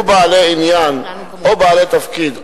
היו בעלי עניין או בעלי תפקיד,